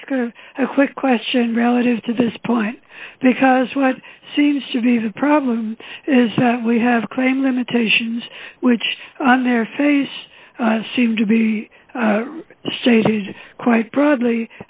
ask a quick question relative to this point because what seems to be the problem is that we have claimed limitations which on their face seem to be stated quite broadly